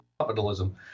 capitalism